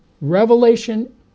Revelation